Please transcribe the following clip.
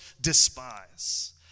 despise